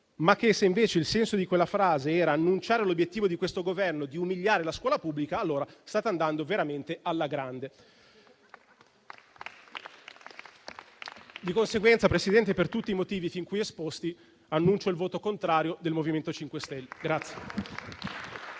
ma se il senso di quella frase era annunciare l'obiettivo di questo Governo di umiliare la scuola pubblica, allora state andando veramente alla grande. Signora Presidente, per tutti i motivi fin qui esposti, annuncio il voto contrario del MoVimento 5 Stelle.